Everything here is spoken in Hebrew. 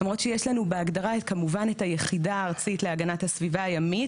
למרות שיש לנו בהגדרה כמובן את היחידה הארצית להגנת הסביבה הימית,